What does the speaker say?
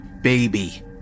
baby